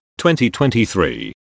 2023